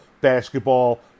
basketball